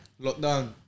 Lockdown